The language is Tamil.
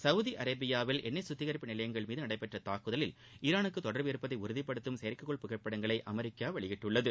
சௌதி அரேபியாவில் எண்ணெய் சுத்திகரிப்பு நிலையங்கள் மீது நடைபெற்ற தாக்குதலில் ஈரானுக்கு தொடர்பு இருப்பதை உறுதிப்படுத்தும் செயற்கைக்கோள் புகைப்படங்களை அமெரிக்கா வெளியிட்டுள்ளது